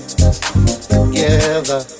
together